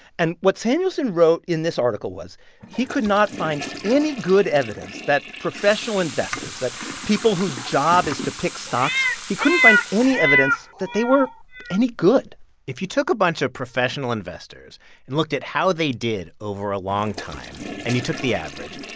and what samuelson wrote in this article was he could not find any good evidence that professional investors that people whose jobs is to pick stocks he couldn't find any evidence that they were any good if you took a bunch of professional investors and looked at how they did over a long time and you took the average,